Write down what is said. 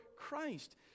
Christ